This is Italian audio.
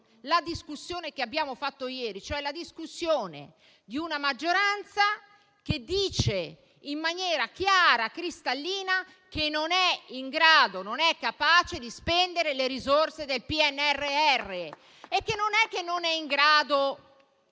la discussione che abbiamo fatto ieri, e cioè la discussione di una maggioranza che dice in maniera chiara e cristallina che non è in grado, non è capace di spendere le risorse del PNRR e che non lo è non